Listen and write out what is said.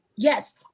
Yes